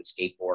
skateboard